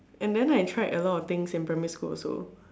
and then I tried a lot of things in primary school also